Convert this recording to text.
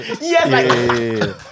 Yes